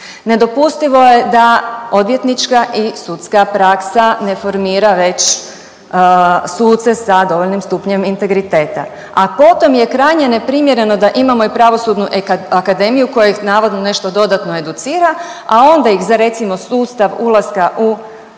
nedopustivo je da odvjetnička i sudska praksa ne formira već suce sa dovoljnim stupnjem integriteta, a potom je krajnje neprimjereno da imamo i pravosudnu akademiju koja ih navodno nešto dodatno educira, a onda ih za recimo sustav ulaska u državne